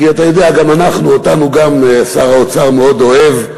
כי אתה יודע, גם אותנו שר האוצר מאוד אוהב,